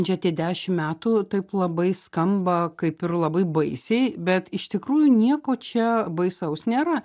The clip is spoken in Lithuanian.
čia tie dešim metų taip labai skamba kaip ir labai baisiai bet iš tikrųjų nieko čia baisaus nėra